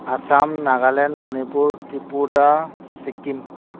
Assam Nagaland Manipur Tripura Sikkim